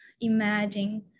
imagine